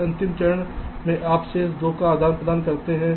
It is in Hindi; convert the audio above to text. फिर अंतिम चरण में आप शेष 2 का आदान प्रदान करते हैं